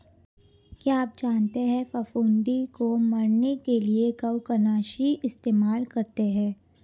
क्या आप जानते है फफूंदी को मरने के लिए कवकनाशी इस्तेमाल करते है?